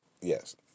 Yes